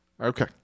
Okay